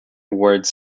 words